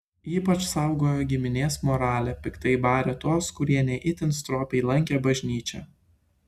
ypač saugojo giminės moralę piktai barė tuos kurie ne itin stropiai lankė bažnyčią